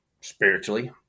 spiritually